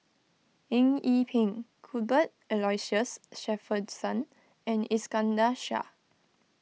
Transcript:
Eng Yee Peng Cuthbert Aloysius Shepherdson and Iskandar Shah